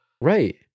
Right